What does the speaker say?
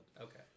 Okay